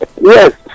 Yes